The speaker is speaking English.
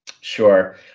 Sure